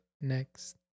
next